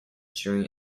during